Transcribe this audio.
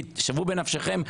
כי שוו בנפשכם,